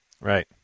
Right